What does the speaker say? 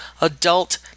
adult